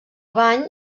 bany